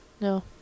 No